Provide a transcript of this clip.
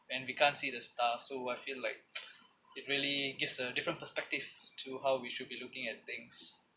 and we can't see the stars so I feel like it really gives a different perspective to how we should be looking at things